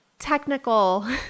technical